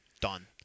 done